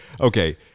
Okay